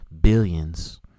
billions